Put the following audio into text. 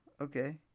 okay